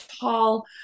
tall